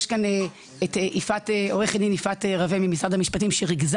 יש כאן את עורכת דין יפעת רווה ממשרד המשפטים שריכזה